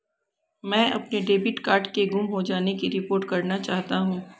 मैं अपने debit card के गुम हो जाने की रिपोर्ट करना चाहता हूँ